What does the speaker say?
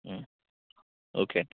okay